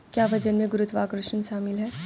क्या वजन में गुरुत्वाकर्षण शामिल है?